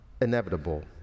inevitable